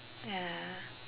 ya